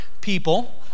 people